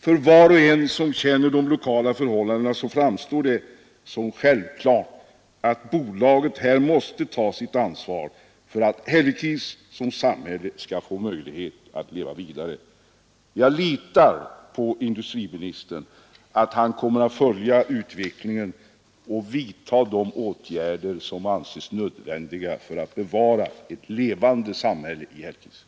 För var och en som känner de lokala förhållandena framstår det som självklart att bolaget måste ta sitt ansvar för att Hällekis som samhälle skall få möjlighet att leva vidare. Jag litar på att industriministern kommer att följa utvecklingen och vidta de åtgärder som anses nödvändiga för att bevara ett levande samhälle i Hällekis.